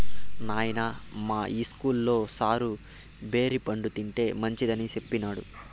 నాయనా, మా ఇస్కూల్లో సారు బేరి పండ్లు తింటే మంచిదని సెప్పినాడు